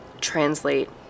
translate